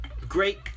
great